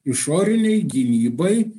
išorinei gynybai